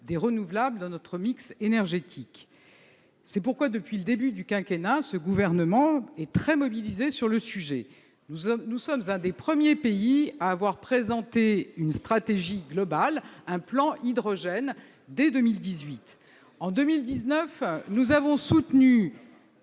renouvelables dans notre mix énergétique. C'est pourquoi, depuis le début du quinquennat, ce gouvernement est très mobilisé sur ce sujet. Nous sommes l'un des premiers pays à avoir présenté une stratégie globale, un plan hydrogène, dès 2018. En 2019, nous avons consacré